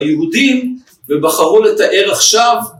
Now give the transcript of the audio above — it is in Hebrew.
היהודים ובחרו לתאר עכשיו